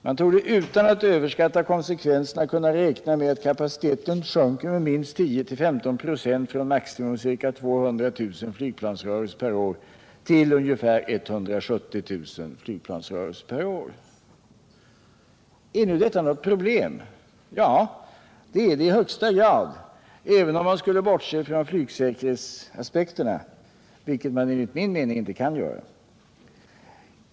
Man torde utan att överskatta konsekvenserna kunna räkna med att kapaciteten sjunker med minst 10-15 96 från maximum ca 200 000 flygplansrörelser per år till ca 170 000 flygplansrörelser per år. Är nu detta något problem? Ja, det är det i högsta grad, även om man skulle bortse från flygsäkerhetsaspekterna, vilket man enligt min mening inte kan göra.